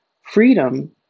freedom